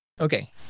Okay